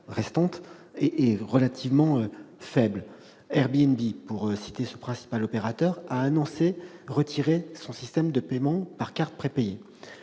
en outre, est relativement faible. Airbnb, pour citer ce principal opérateur, a annoncé retirer son système de paiement par cartes prépayées